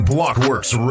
Blockworks